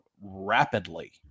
rapidly